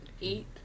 Eight